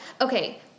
Okay